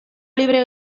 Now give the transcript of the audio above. libre